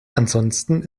ansonsten